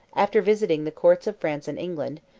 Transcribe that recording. after visiting the courts of france and england,